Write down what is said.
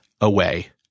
away